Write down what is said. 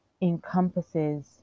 encompasses